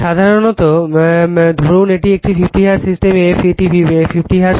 সাধারণত ধরুন এটি একটি 50 হার্টজ সিস্টেম f এটি 50 হার্টজ